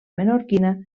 menorquina